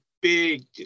big